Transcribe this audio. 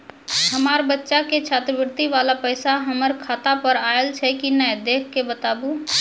हमार बच्चा के छात्रवृत्ति वाला पैसा हमर खाता पर आयल छै कि नैय देख के बताबू?